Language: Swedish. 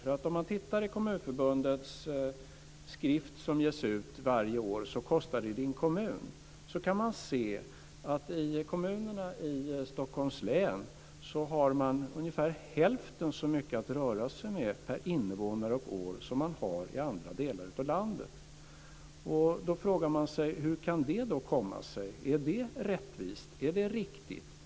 Enligt Kommunförbundets skrift som ges ut varje år, Så kostar det i din kommun, kan man se att kommunerna i Stockholms län har ungefär hälften så mycket att röra sig med per invånare och år jämfört med andra delar av landet. Hur kan det då komma sig? Är det rättvist? Är det riktigt?